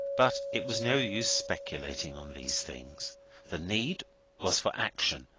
but it was no use speculating on these things the need was for action.